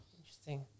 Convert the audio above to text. Interesting